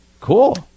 cool